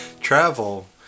travel